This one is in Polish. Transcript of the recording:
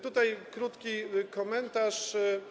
Tutaj krótki komentarz.